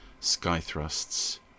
Skythrust's